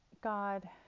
God